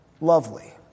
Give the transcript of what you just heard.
lovely